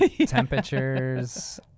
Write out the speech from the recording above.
Temperatures